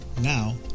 Now